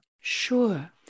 Sure